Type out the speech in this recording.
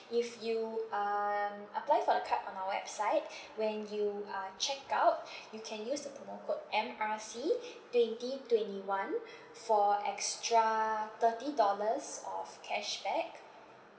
if you um apply for the card on our website when you uh check out you can use the promo code M R C twenty twenty one for extra thirty dollars of cashback